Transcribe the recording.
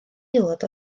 aelod